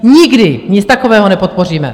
Nikdy nic takového nepodpoříme!